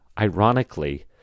ironically